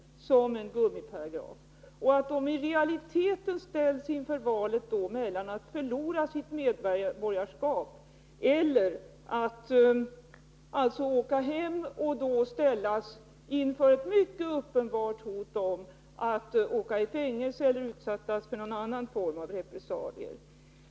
De människor det här gäller ställs i realiteten inför valet mellan att förlora sitt medborgarskap eller att åka hem och då stå inför ett uppenbart hot om att åka i fängelse eller utsättas för någon annan form av repressalier.